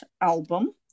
album